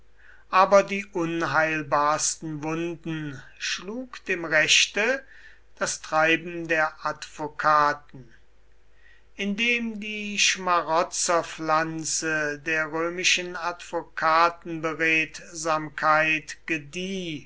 aber die unheilbarsten wunden schlug dem rechte das treiben der advokaten indem die schmarotzerpflanze der römischen advokatenberedsamkeit gedieh